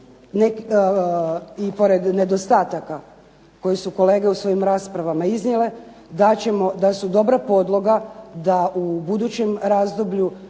i pored nedostataka koje su kolege u svojim raspravama iznijele, da ćemo, da su dobra podloga da u budućem razdoblju